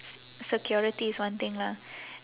s~ security is one thing lah